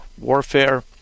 warfare